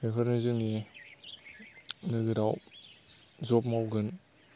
बेफोरो जोंनि नोगोराव जब मावगोन